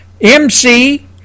MC